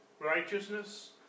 righteousness